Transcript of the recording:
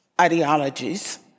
ideologies